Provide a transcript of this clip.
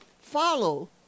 Follow